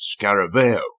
Scarabeo